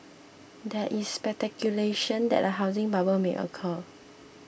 there is speculation that a housing bubble may occur